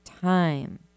time